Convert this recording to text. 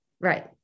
Right